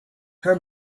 her